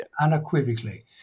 Unequivocally